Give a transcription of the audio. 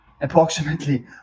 approximately